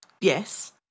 yes